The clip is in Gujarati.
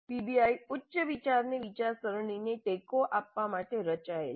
પીબીઆઈ ઉચ્ચ વિચારની વિચારસરણીને ટેકો આપવા માટે રચાયેલ છે